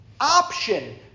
option